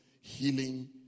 healing